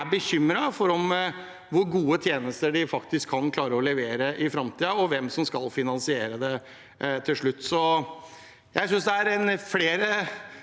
er bekymret for hvor gode tjenester de faktisk kan klare å levere i framtiden, og for hvem som skal finansiere det til slutt. Jeg synes det er flere